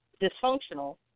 dysfunctional